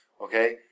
Okay